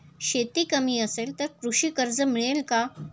शेती कमी असेल तर कृषी कर्ज मिळेल का?